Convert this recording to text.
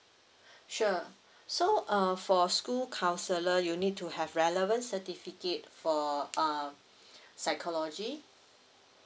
sure so uh for school counselor you need to have relevant certificate for uh psychology